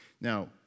Now